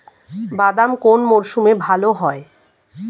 বাদাম কোন মরশুমে ভাল হয়?